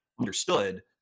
understood